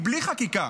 בלי חקיקה,